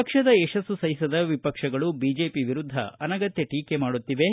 ಪಕ್ಷದ ಯಶಸ್ತು ಸಹಿಸದ ವಿಪಕ್ಷಗಳು ಬಿಜೆಪಿ ವಿರುದ್ದ ಅನಗತ್ಯ ಟೀಕೆ ಮಾಡುತ್ತಿವೆ